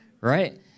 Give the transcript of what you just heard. right